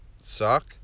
suck